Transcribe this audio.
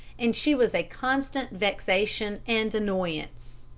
and she was a constant vexation and annoyance.